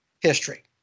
history